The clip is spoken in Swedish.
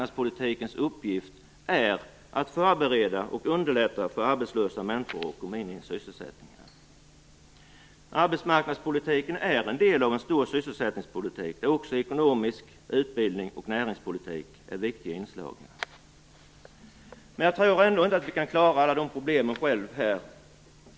Dess uppgift är att förbereda och underlätta för arbetslösa människor att komma in i en sysselsättning. Arbetsmarknadspolitiken är en del av en stor sysselsättningspolitik där också ekonomisk politik, utbildnings och näringspolitik är viktiga inslag. Men jag tror ändå inte att vi här kan klara alla dessa problem själva.